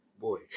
Boy